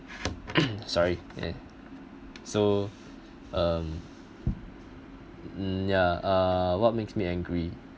sorry ya so um mm ya uh what makes me angry